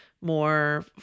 more